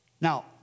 Now